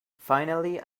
finally